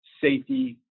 safety